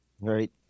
Right